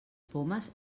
pomes